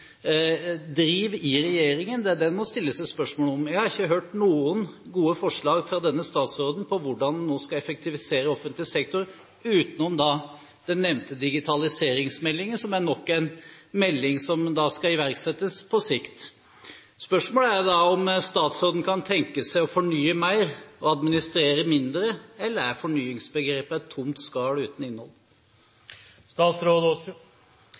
i regjeringen – det er det vi må stille spørsmål om. Jeg har ikke hørt noen gode forslag fra denne statsråden om hvordan en nå skal effektivisere offentlig sektor utenom den nevnte digitaliseringsmeldingen, som er nok en melding som skal iverksettes på sikt. Spørsmålet er da om statsråden kan tenke seg å fornye mer og administrere mindre, eller om fornyingsbegrepet er et tomt skall uten